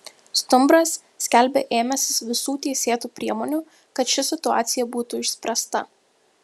stumbras skelbia ėmęsis visų teisėtų priemonių kad ši situacija būtų išspręsta